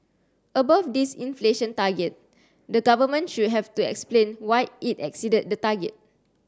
above this inflation target the government should have to explain why it exceeded the target